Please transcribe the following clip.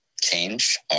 change